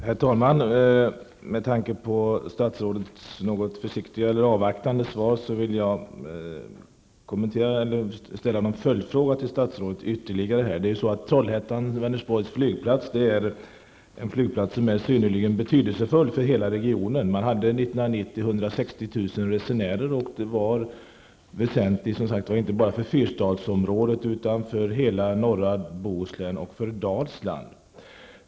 Herr talman! Med tanke på statsrådets något avvaktande svar, vill jag ställa en ytterligare fråga till statsrådet. Trollhättan-Vänersborgs flygplats är synnerligen betydelsefull för hela regionen. Under 1990 var där 160 000 resenärer. Det var en väsentlig siffra inte bara för fyrstadsområdet utan också för hela norra Bohuslän och Dalsland.